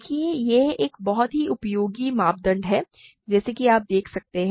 देखिए यह एक बहुत ही उपयोगी मापदंड है जैसा कि आप देख सकते हैं